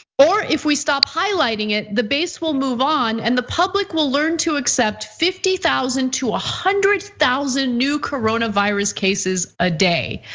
or if we stop highlighting it, the base will move on and the public will learn to accept fifty thousand to one ah hundred thousand new coronavirus cases a day.